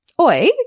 Oi